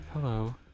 Hello